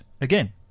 again